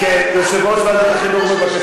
יושב-ראש ועדת החינוך,